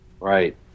Right